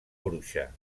bruixa